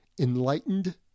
Enlightened